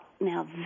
now